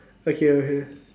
okay okay